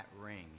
ring